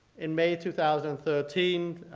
in may two thousand and thirteen,